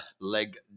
leg